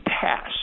Pass